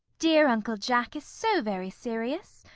dear uncle jack is so very serious!